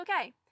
okay